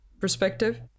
perspective